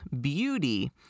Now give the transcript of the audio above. beauty